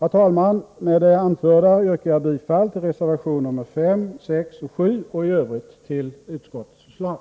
Herr talman! Med det anförda yrkar jag bifall till reservationerna 5, 6 och 7 och i övrigt till utskottets förslag.